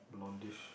blondish